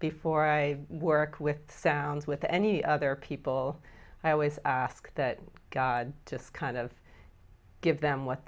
before i work with sounds with any other people i always ask that god just kind of give them what